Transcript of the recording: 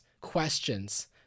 questions